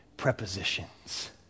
Prepositions